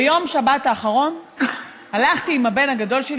ביום שבת האחרון הלכתי עם הבן הגדול שלי,